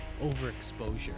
overexposure